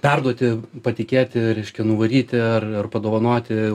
perduoti patikėti reiškia nuvaryti ar ar padovanoti